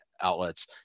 outlets